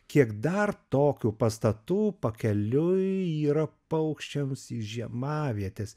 kiek dar tokių pastatų pakeliui yra paukščiams į žiemavietes